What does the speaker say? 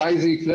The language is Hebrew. מתי זה יקרה?